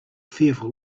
fearful